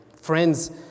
Friends